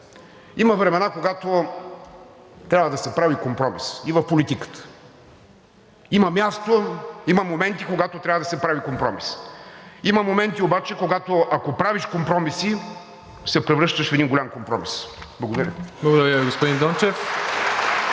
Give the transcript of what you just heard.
има времена, когато трябва да се прави компромис и в политиката. Има място, има моменти, когато трябва да се прави компромис. Има моменти обаче, когато, ако правиш компромиси, се превръщаш в един голям компромис. Благодаря. (Ръкопляскания от